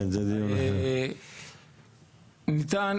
ניתן